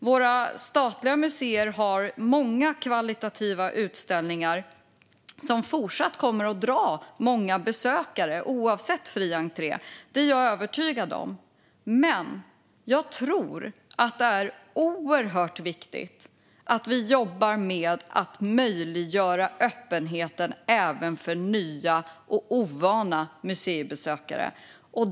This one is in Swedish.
Våra statliga museer har många kvalitativa utställningar som fortsatt kommer att dra många besökare oavsett om det är fri entré eller inte. Det är jag övertygad om. Men jag tror att det är oerhört viktigt att vi jobbar med att möjliggöra öppenheten även för nya och ovana museibesökare.